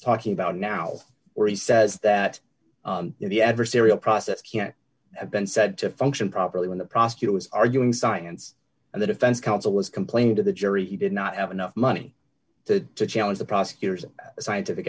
talking about now where he says that the adversarial process can't have been said to function properly when the prosecutor was arguing science and the defense counsel was complaining to the jury he did not have enough money to challenge the prosecutor's scientific